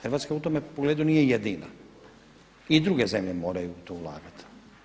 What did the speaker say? Hrvatska u tome pogledu nije jedina i druge zemlje moraju u to ulagati.